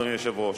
אדוני היושב-ראש,